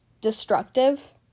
destructive